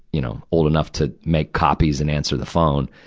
you know, old enough to make copies and answer the phone.